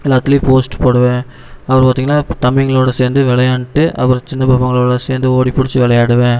எல்லாத்துலயும் போஸ்ட் போடுவேன் அப்புறம் பார்த்திங்கன்னா தம்பிங்களோட சேர்ந்து விளயாண்ட்டு அப்புறம் சின்ன பாப்பாங்களோட சேர்ந்து ஓடி பிடிச்சி விளயாடுவேன்